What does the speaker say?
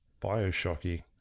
Bioshocky